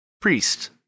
priest